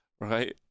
right